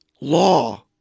law